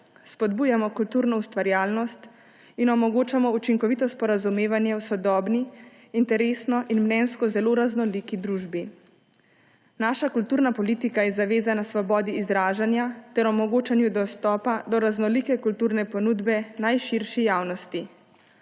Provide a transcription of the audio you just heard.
Spodbujamo kulturno ustvarjalnost in omogočamo učinkovito sporazumevanje v sodobni, interesno in mnenjsko zelo raznoliki družbi. Naša kulturna politika je zavezana svobodi izražanja ter omogočanju dostopa do raznolike kulturne ponudbe najširši javnosti.